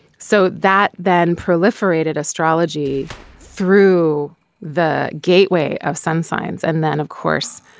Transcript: so that then proliferated astrology through the gateway of sun science and then of course